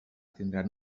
tindran